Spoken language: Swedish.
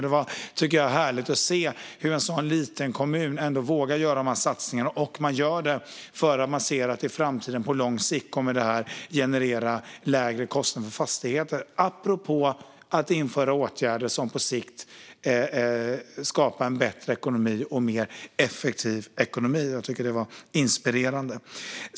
Det var härligt att se hur en liten kommun ändå vågar göra dessa satsningar, och man gör det för att man ser att det på lång sikt kommer att generera lägre kostnader för fastigheter - apropå att vidta åtgärder som på sikt skapar en bättre och mer effektiv ekonomi. Jag tycker att det var inspirerande.